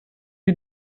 you